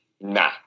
Nah